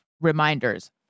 reminders